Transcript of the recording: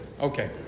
Okay